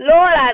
Lord